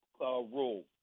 rule